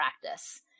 practice